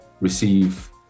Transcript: receive